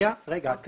רגע.